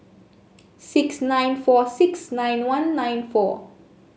six nine four six nine one nine four